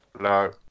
No